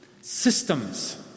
Systems